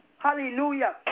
Hallelujah